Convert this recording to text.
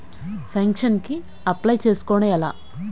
Pension కి apply చేసుకోవడం ఎలా?